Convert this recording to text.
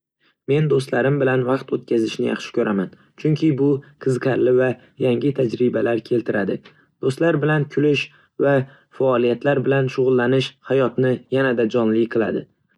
Men do'stlarim bilan vaqt o'tkazishni yaxshi ko'raman, chunki bu qiziqarli va yangi tajribalar keltiradi. Do'stlar bilan kulish va faoliyatlar bilan shug'ullanish hayotni yanada jonli qiladi.